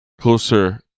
closer